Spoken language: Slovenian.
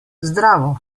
zdravo